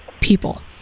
people